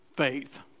Faith